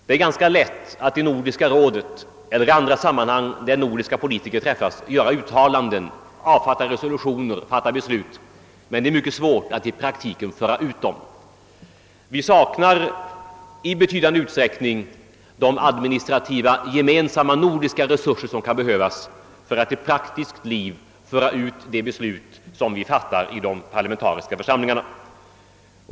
Det är ganska lätt att i Nordiska rådet eller i andra sammanhang, där nordiska politiker träffas, göra uttalanden, avfatta resolutioner och fatta beslut, men det är mycket svårt att föra ut dem i praktiken. Vi saknar i betydande utsträckning de administrativa gemensamma nordiska resurser som kan behövas för att i praktiskt liv föra ut de beslut som fattas i de parlamentariska församlingarna.